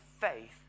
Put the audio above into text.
faith